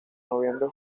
noviembre